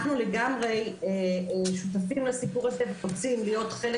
אנחנו לגמרי שותפים לסיפור הזה ורוצים להיות חלק